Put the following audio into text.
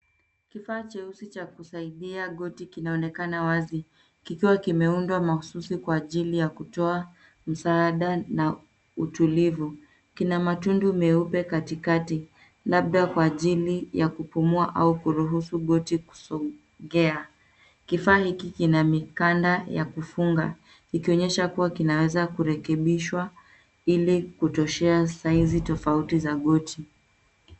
Kifaa cheusi cha kusaidia goti kinaonekana wazi kikiwa kimeundwa mahususi kwa ajili ya kutoa msaada na utulivu kina matundu meupe katikati labda kwa ajili ya kupumua au kuruhusu goti kusongea kifaa hiki kina mikanda ya kufunga ikionyesha kuwa kinaweza kurekebishwa ili kutoshea [cs ] size tofauti za goti.